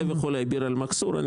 ביר אל-מכסור וכו' וכו'.